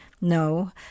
No